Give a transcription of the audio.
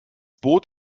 boot